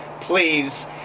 please